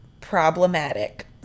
problematic